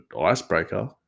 icebreaker